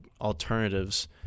alternatives